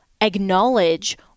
acknowledge